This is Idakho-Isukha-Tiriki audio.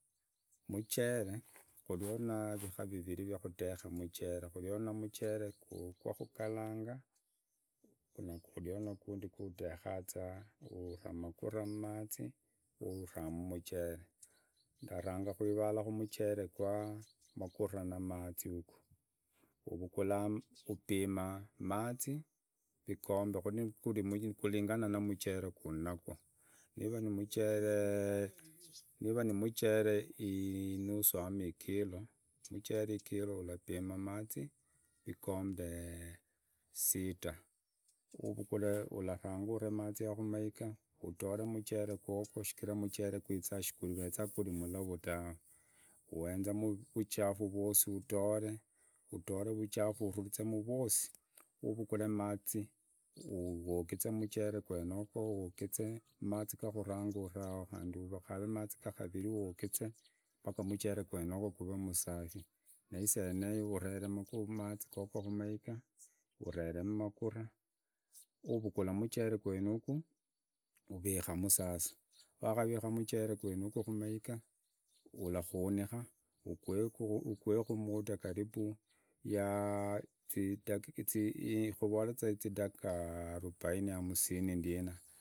Muchere kureo na vikari vivirii vya kuteka muchere huveo na machere awahukilanga na kurio na gundi gu uteka za ura magura mazi uramu muchere ndaranga kwivala mchere gwa garura na mazi yugu upima mazi vihokombe kulingana na muchere kulinagwo niva ni muchele nusu no ikilo muchele inusu ulapima mazi vinombe sita uvuhule ularanga uree mazi yago kumaiga ugoree muchele gavogwo shichira muchere kuriweza huri mularu tawe uenze muvuchafu vwosi utore vuchafu uturitze mu rwasi uvukule mazi vogize muchele qwenogo mazi ga huranga urego khandi ukuree mazi ga karirii uonizee mbaka muchele qwenogo guree musati na isaa yeneyo aree mazi gogo mumaiga ereremu magura uvugula muchele gwenugu urikamu sasa wakarihamu muchere qwenugu hamaiga ulakhunina ugueka muda karibu ya zidanika arubaini no amusini ndina.